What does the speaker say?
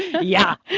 ah yeah,